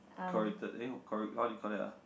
corrected eh what do you call that ah